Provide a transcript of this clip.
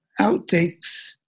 outtakes